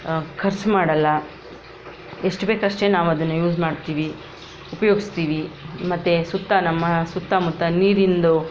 ಖರ್ಚು ಮಾಡಲ್ಲ ಎಷ್ಟು ಬೇಕು ಅಷ್ಟೇ ನಾವು ಅದನ್ನು ಯೂಸ್ ಮಾಡ್ತೀವಿ ಉಪಯೋಗಿಸ್ತೀವಿ ಮತ್ತೆ ಸುತ್ತ ನಮ್ಮ ಸುತ್ತಮುತ್ತ ನೀರಿಂದು